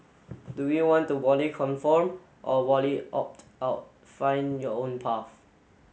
do you want to wholly conform or wholly opt out find your own path